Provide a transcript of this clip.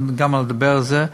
אני עוד אדבר על זה,